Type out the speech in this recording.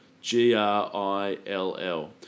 G-R-I-L-L